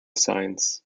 science